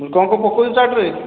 କ'ଣ କ'ଣ ପକାଉଛ ଚାଟ୍ରେ